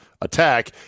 attack